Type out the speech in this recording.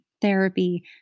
therapy